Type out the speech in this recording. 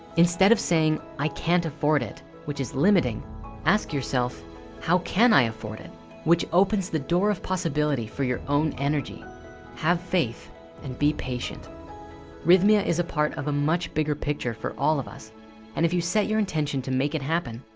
instead of saying i can't afford it which is limiting ask yourself how can i afford it which opens the door of possibility for your own energy have faith and be patient rythme yeah a is a part of a much bigger picture for all of us and if you set your intention to make it happen,